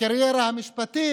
בקריירה המשפטית,